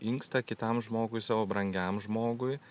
inkstą kitam žmogui savo brangiam žmogui